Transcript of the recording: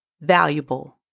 valuable